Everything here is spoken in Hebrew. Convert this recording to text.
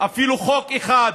אפילו חוק אחד